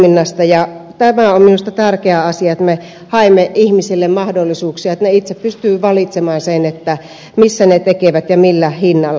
tämä on minusta tärkeä asia että me haemme ihmisille mahdollisuuksia että he itse pystyvät valitsemaan sen missä he tekevät ja millä hinnalla